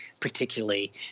particularly